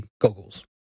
goggles